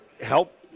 help